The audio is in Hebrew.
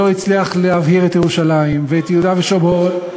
שם זה ליהודים שנכנסים בכמויות גדולות.